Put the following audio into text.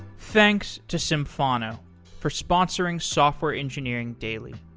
thanks to symphono for sponsoring software engineering daily.